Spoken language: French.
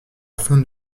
afin